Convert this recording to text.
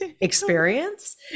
experience